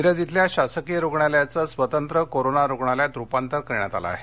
मिरज इथल्या शासकीय रुग्णालयाचं स्वतंत्र कोरोना रुग्णालयात रुपांतर करण्यात आले आहे